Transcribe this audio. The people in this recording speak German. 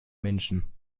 menschen